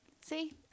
see